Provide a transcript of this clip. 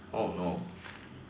oh no